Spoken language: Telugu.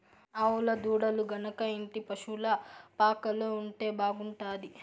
ఆవుల దూడలు గనక ఇంటి పశుల పాకలో ఉంటే బాగుంటాది